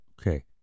Okay